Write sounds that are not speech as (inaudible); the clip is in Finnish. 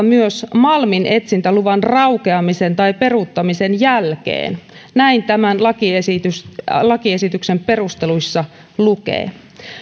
(unintelligible) myös vaikkapa malminetsintäluvan raukeamisen tai peruuttamisen jälkeen näin tämän lakiesityksen perusteluissa lukee